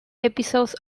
episodes